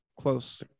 close